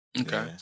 Okay